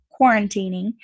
quarantining